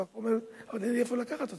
הרווחה אומרת: אין לי לאן לקחת אותן,